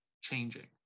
changing